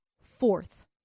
Fourth